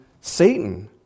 Satan